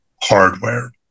hardware